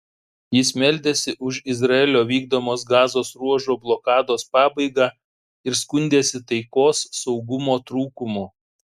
jis meldėsi už izraelio vykdomos gazos ruožo blokados pabaigą ir skundėsi taikos saugumo trūkumu